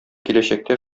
киләчәктә